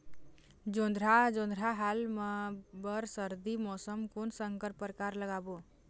जोंधरा जोन्धरा हाल मा बर सर्दी मौसम कोन संकर परकार लगाबो?